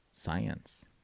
science